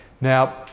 Now